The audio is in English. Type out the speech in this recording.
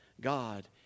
God